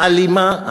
האלימה,